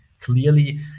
clearly